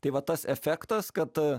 tai va tas efektas kad